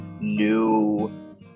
new